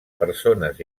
persones